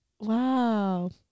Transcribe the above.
Wow